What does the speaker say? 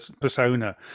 persona